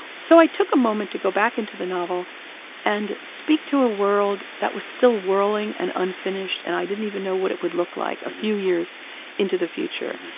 so i took a moment to go back into the novel and speak to a world that was still whirling and unfinished, and i didn't even know what it would look like a few years into the future.